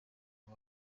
aba